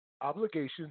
obligations